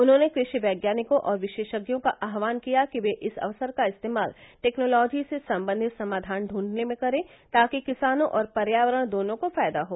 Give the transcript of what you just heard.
उन्होंने कृषि वैज्ञानिकों और विशेषज्ञों का आह्वान किया कि वे इस अवसर का इस्तेमाल टैक्नालोजी से संबंधित समाचान दूंढने में करें ताकि किसानों और पर्यावरण दोनों को फायदा हो